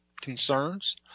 concerns